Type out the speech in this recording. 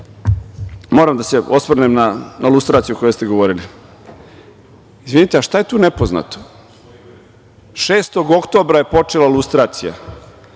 da se osvrnem na lustraciju o kojoj ste govorili. Izvinite, a šta je tu nepoznato? Šestog oktobra je počela lustracija,